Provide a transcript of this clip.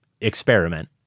experiment